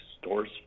stores